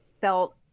felt